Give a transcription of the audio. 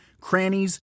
crannies